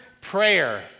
prayer